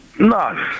No